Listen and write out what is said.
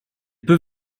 peut